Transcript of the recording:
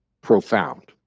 profound